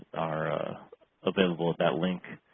are available at that link.